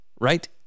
right